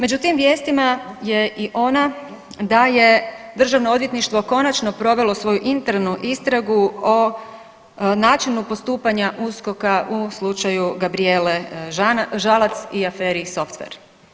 Među tim vijestima je i ona da je Državno odvjetništvo konačno provelo svoju internu istragu o načinu postupanja USKOK-a u slučaju Gabrijele Žalac i aferi Software.